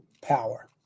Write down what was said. power